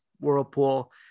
whirlpool